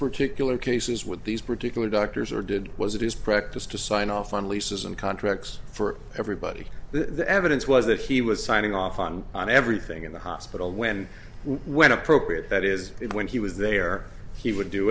particular cases with these particular doctors or did was it his practice to sign off on leases and contracts for everybody the evidence was that he was signing off on on everything in the hospital when when appropriate that is when he was there he would do